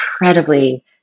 incredibly